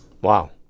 Wow